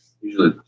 usually